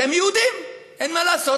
אתם יהודים, אין מה לעשות.